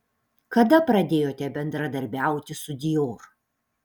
kada pradėjote bendradarbiauti su dior